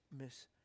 Miss